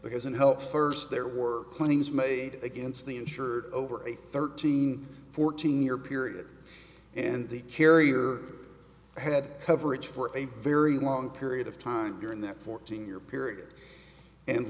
because it helps first there were claims made against the insured over a thirteen fourteen year period and the carrier had coverage for a very long period of time during that fourteen year period and